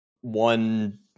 one